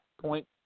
point